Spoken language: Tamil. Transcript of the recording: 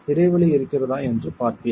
இடைவெளி இருக்கிறதா என்று பார்ப்பீர்கள்